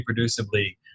reproducibly